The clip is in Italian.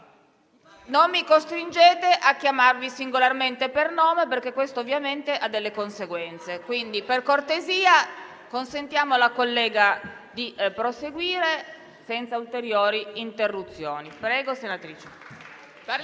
non mi costringete a chiamarvi singolarmente per nome, perché questo ovviamente ha delle conseguenze. Per cortesia, consentiamo alla collega di proseguire senza ulteriori interruzioni.